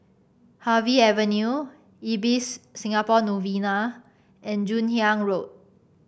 Harvey Avenue Ibis Singapore Novena and Joon Hiang Road